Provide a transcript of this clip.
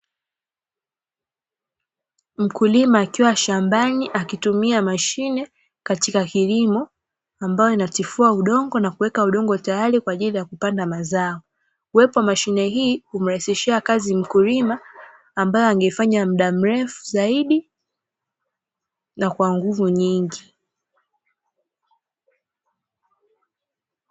Mkulima akiwa shambani, akitumia mashine katika kilimo ambayo inatifua udongo na kuweka udongo tayari kwa ajili ya kupanda mazao. Uwepo wa mashine hii humrahisishia mkulima ambaye angefanya muda mrefu zaidi na kwa nguvu nyingi.